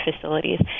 facilities